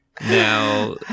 Now